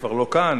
כבר לא כאן,